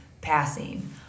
passing